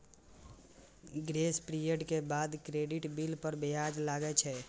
grace period के बाद credit bill पर ब्याज लागै छै